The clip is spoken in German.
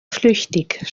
flüchtig